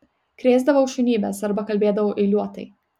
krėsdavau šunybes arba kalbėdavau eiliuotai